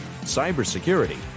cybersecurity